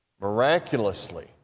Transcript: miraculously